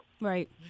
Right